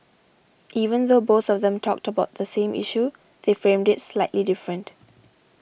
even though both of them talked about the same issue they framed it slightly different